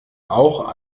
auch